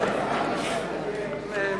בבקשה.